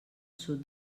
sud